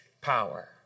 power